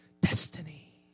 Destiny